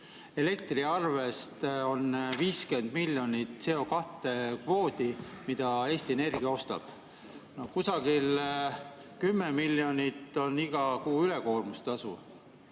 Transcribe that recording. elektriarve [taga] 50 miljonit CO2-kvoodi eest, mida Eesti Energia ostab, kusagil 10 miljonit on iga kuu ülekoormustasu.